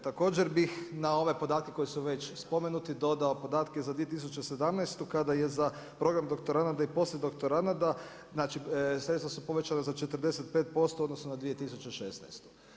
Također bih na ove podatke koji su već spomenuti, dodao podatke za 2017., kada je za program doktoranata i poslijedoktoranata, znali sredstva su povećana za 45% u odnosu na 2016.